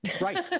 Right